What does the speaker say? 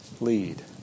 lead